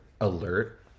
alert